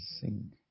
sing